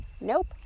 Nope